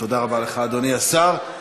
אדוני השר.